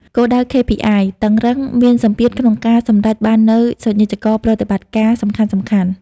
គោលដៅ KPI តឹងរ៉ឹង មានសម្ពាធក្នុងការសម្រេចបាននូវសូចនាករប្រតិបត្តិការសំខាន់ៗ។